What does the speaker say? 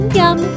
yum